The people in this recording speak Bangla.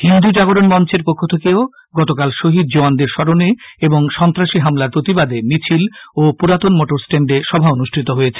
হিন্দু জাগরণ মঞ্চের পক্ষ থেকেও গতকাল শহীদ জওয়ানদের স্মরণে এবং সন্ত্রাসী হামলার প্রতিবাদে মিছিল ও পুরাতন মোটরস্ট্যান্ডে সভা অনুষ্ঠিত হয়েছে